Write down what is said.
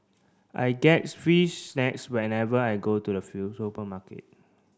I get free snacks whenever I go to the supermarket